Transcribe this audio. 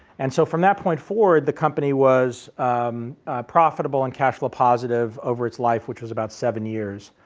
and so from that point forward the company was profitable and cash flow positive over its life which was about seven years.